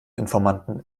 informanten